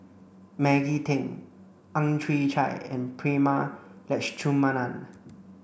Maggie Teng Ang Chwee Chai and Prema Letchumanan